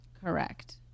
Correct